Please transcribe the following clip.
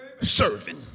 serving